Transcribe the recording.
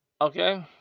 okay